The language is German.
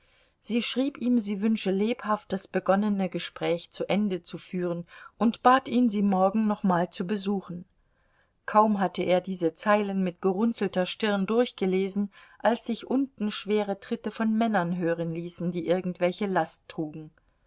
sie schrieb ihm sie wünsche lebhaft das begonnene gespräch zu ende zu führen und bat ihn sie morgen nochmals zu besuchen kaum hatte er diese zeilen mit gerunzelter stirn durchgelesen als sich unten schwere tritte von männern hören ließen die irgendwelche last trugen